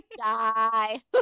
die